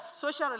social